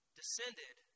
descended